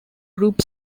group